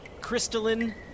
crystalline